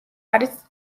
არის